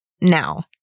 now